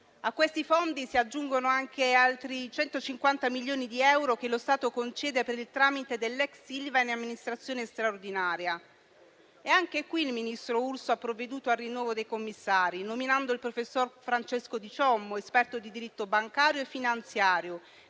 A questi fondi si aggiungono altri 150 milioni di euro che lo Stato concede per il tramite dell'ex Ilva in amministrazione straordinaria. Anche qui il ministro Urso ha provveduto al rinnovo dei commissari, nominando il professor Francesco Di Ciommo, esperto di diritto bancario e finanziario,